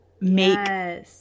make